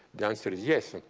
the answer is yes.